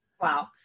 wow